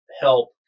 help